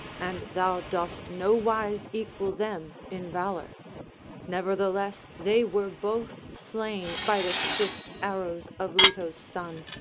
and thou dost no wise equal them in valour nevertheless they were both slain by the swift arrows of leto's son,